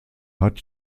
hat